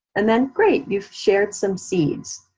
and then great. you've shared some seeds,